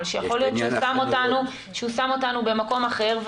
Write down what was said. שיכול להיות שהוא שם אותנו במקום אחר,